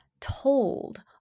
told